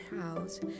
house